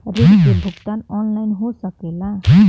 ऋण के भुगतान ऑनलाइन हो सकेला?